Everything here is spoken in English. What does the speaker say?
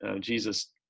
Jesus